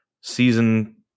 season